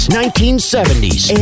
1970s